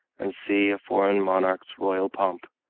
and see a foreign monarch's royal pomp,